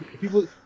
people